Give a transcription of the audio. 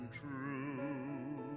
true